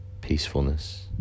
peacefulness